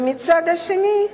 ומהצד השני,